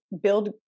build